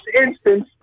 instance